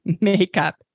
makeup